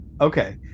okay